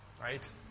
Right